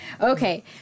Okay